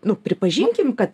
nu pripažinkim kad